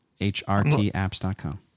hrtapps.com